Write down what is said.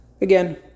Again